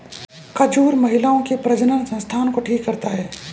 खजूर महिलाओं के प्रजननसंस्थान को ठीक करता है